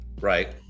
Right